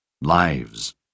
Lives